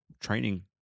training